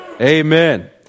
Amen